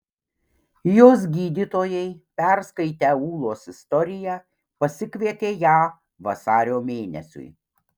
jos gydytojai perskaitę ūlos istoriją pasikvietė ją vasario mėnesiui